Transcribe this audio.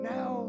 Now